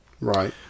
right